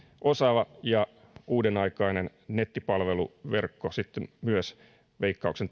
osaava ja uudenaikainen nettipalveluverkko myös veikkauksen